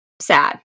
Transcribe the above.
sad